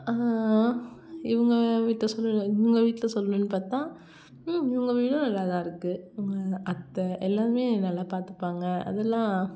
இவங்க வீட்டு சூழ்நிலை இவங்க வீட்டில் சொல்லணும்னு பார்த்தா ம் இவங்க வீடும் நல்லா தான் இருக்குது இவங்க அத்தை எல்லோருமே என்னை நல்லா பார்த்துப்பாங்க அதெல்லாம்